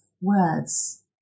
words